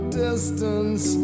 distance